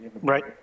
right